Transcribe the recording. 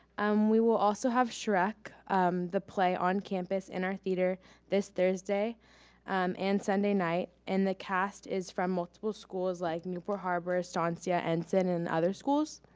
um we will also have shrek the play on campus in our theater this thursday and sunday night and the cast is from multiple schools like newport harbor, estancia and then in other schools.